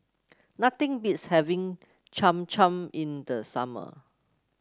nothing beats having Cham Cham in the summer